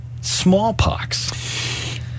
Smallpox